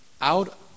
out